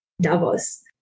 davos